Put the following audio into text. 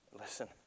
Listen